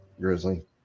Grizzly